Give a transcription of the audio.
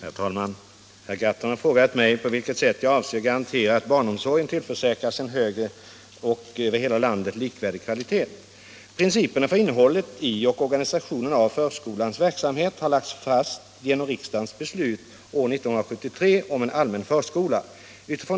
Herr talman! Herr Gahrton har frågat mig på vilket sätt jag avser garantera att barnomsorgen tillförsäkras en hög och över hela landet likvärdig kvalitet. vid förskolan.